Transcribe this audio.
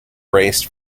erased